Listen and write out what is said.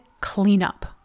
cleanup